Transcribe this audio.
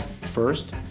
First